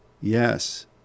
yes